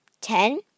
ten